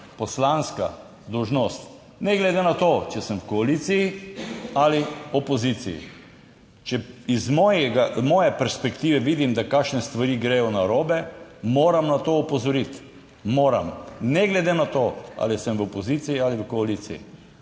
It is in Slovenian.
poslanska dolžnost, ne glede na to, če sem v koaliciji ali opoziciji. Če iz moje perspektive vidim, da kakšne stvari gredo narobe, moram na to opozoriti. Moram, ne glede na to ali sem v opoziciji ali v koaliciji.